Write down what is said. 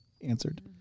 answered